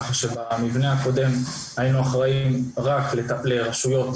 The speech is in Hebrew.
ככה שבמבנה הקודם היינו אחראים רק לרשויות